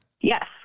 yes